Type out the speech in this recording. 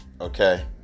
Okay